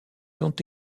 sont